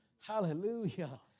Hallelujah